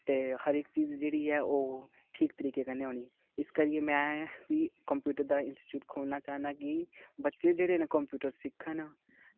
ते हर इक चीज़ जेह्ड़ी ऐ ओह् ठीक तरीके कन्नै होनी इस करियै में बी कंप्यूटर दा इंस्टीट्यूट खोलना चाह्न्नां कि बच्चे जेह्ड़े न कंप्यूटर सिक्खन